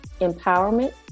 empowerment